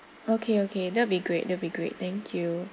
okay okay that will be great that'll be great thank you